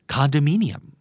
Condominium